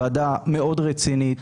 ועדה מאוד רצינית,